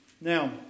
Now